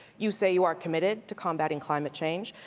you say you are committed to combating climate change.